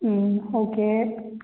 ம் ஓகே